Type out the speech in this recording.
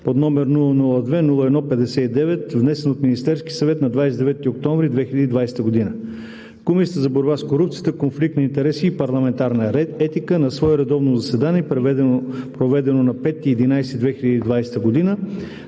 г., № 002-01-59, внесен от Министерския съвет на 29 октомври 2020 г. Комисията за борба с корупцията, конфликт на интереси и парламентарна етика на свое редовно заседание, проведено на 5 ноември 2020 г.,